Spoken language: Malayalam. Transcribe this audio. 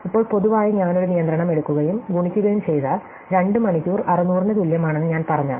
ഇപ്പോൾ പൊതുവായി ഞാൻ ഒരു നിയന്ത്രണം എടുക്കുകയും ഗുണിക്കുകയും ചെയ്താൽ 2 മണിക്കൂർ 600 ന് തുല്യമാണെന്ന് ഞാൻ പറഞ്ഞാൽ